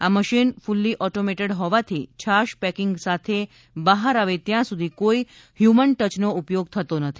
આ machine fully automated હોવાથી છાસ પેકિંગ સાથે બહાર આવે ત્યાં સુધી કોઈ હ્યુમન ટયનો ઉપયોગ થતો નથી